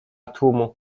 tłumu